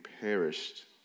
perished